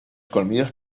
colmillos